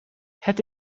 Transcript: het